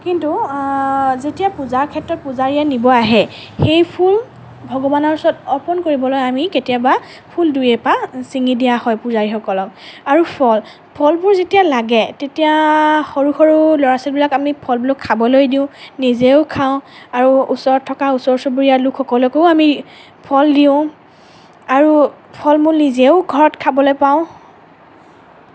কিন্তু যেতিয়া পূজাৰ ক্ষেত্ৰত পূজাৰীয়ে নিব আহে সেই ফুল ভগৱানৰ ওচৰত অৰ্পণ কৰিবলৈ আমি কেতিয়াবা ফুল দুই এপাহ ছিঙি দিয়া হয় পূজাৰীসকলক আৰু ফল ফলবোৰ যেতিয়া লাগে তেতিয়া সৰু সৰু ল'ৰা ছোৱালীবিলাকক আমি ফলবোৰ খাবলৈ দিওঁ নিজেও খাওঁ আৰু ওচৰত থকা ওচৰ চুবুৰীয়া লোকসকলকো আমি ফল দিওঁ আৰু ফল মূল নিজেও ঘৰত খাবলৈ পাওঁ